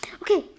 okay